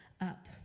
up